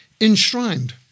enshrined